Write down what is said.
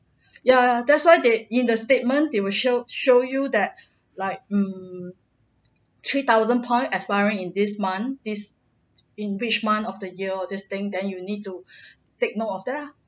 ya that's why they in the statement they were show show you that like um three thousand point expiring in this month this in which month of the year or this thing then you need to take note of that ah